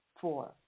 four